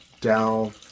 down